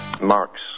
Marx